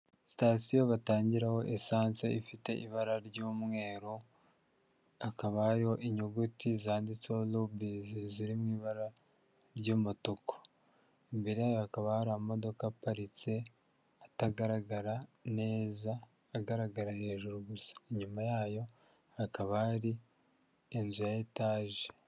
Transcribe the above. Sitasiyo batangiraho esance ifite ibara ry'umweru ikaba iriho inyuguti zanditseho Rubis ziri mu ibara ry'umutuku imbere hakaba hari amaduka aparitse atagaragara neza agaragara hejuru gusa inyuma yayo hakaba hari inzu ya etage.